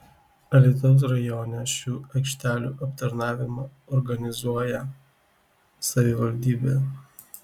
alytaus rajone šių aikštelių aptarnavimą organizuoja savivaldybė